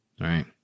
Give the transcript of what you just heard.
Right